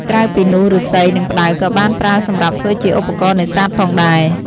ក្រៅពីនោះឫស្សី និងផ្តៅក៏បានប្រើសម្រាប់ធ្វើជាឧបករណ៍នេសាទផងដែរ។